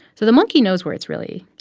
so the monkey knows where it's really.